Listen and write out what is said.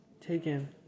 taken